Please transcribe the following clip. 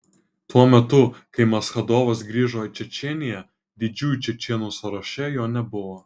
tuo metu kai maschadovas grįžo į čečėniją didžiųjų čečėnų sąraše jo nebuvo